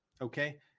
okay